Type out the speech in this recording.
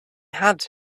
had